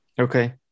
Okay